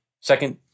Second